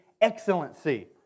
excellency